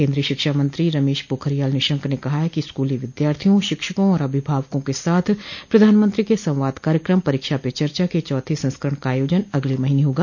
केन्द्रोय शिक्षा मंत्री रमेश पोखरियाल निशंक ने कहा है कि स्कूली विद्यार्थियों शिक्षकों और अभिभावकों के साथ प्रधानमंत्री के संवाद कार्यक्रम परीक्षा पे चर्चा के चौथे संस्करण का आयोजन अगले महीने होगा